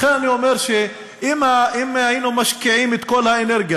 לכן אני אומר שאם היינו משקיעים את כל האנרגיה,